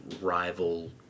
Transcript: rival